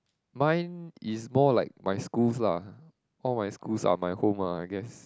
mine is more like my schools lah one of my schools are my home ah I guess